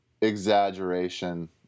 exaggeration